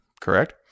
Correct